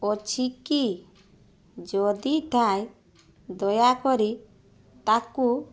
ଅଛିକି ଯଦି ଥାଏ ଦୟାକରି ତାକୁ